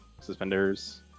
suspenders